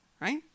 right